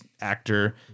actor